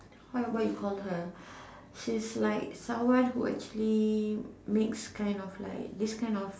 how about you call her she's like someone who actually makes kind of like this kind of